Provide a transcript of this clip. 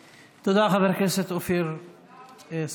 תודה, חבר הכנסת אופיר סופר.